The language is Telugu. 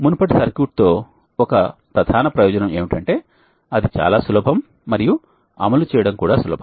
మునుపటి సర్క్యూట్తో ఒక ప్రధాన ప్రయోజనం ఏమిటంటే అది చాలా సులభం మరియు అమలు చేయడం కూడా సులభం